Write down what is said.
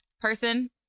person